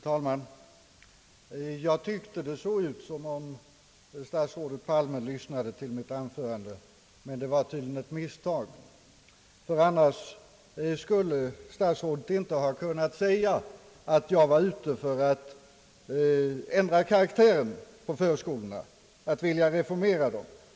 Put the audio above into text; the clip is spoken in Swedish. Herr talman! Jag tyckte det såg ut som om statsrådet Palme lyssnade till mitt anförande, men det var tydligen ett misstag. Annars skulle han inte ha kunnat säga att jag var ute för att ändra karaktären på förskolorna, att vilja reformera dem.